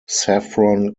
saffron